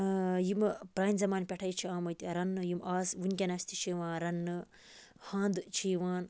یِم پرانہِ زَمان پیٚٹھے چھِ آمٕتۍ رَننہٕ یِم آز ونکیٚنَس تہِ چھِ یِوان رَننہٕ ہَنٛد چھِ یِوان